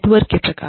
network के प्रकार